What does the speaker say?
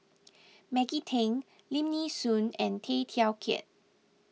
Maggie Teng Lim Nee Soon and Tay Teow Kiat